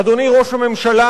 אדוני ראש הממשלה,